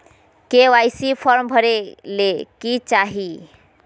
KYC form भरे ले कि चाही?